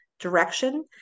direction